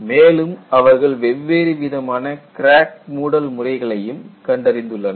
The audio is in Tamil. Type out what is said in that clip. மேலும் அவர்கள் வெவ்வேறு விதமான கிராக் மூடல் முறைகளையும் கண்டறிந்துள்ளனர்